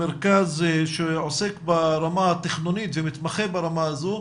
אז מה שאתה בעצם אומר כמרכז שעוסק ברמה התכנונית ומתמחה ברמה הזו,